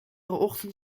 ochtend